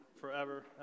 forever